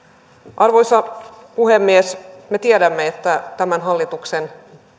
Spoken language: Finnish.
arvoisa puhemies me tiedämme että tämän hallituksen